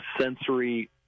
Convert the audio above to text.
sensory